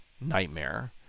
nightmare